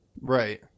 Right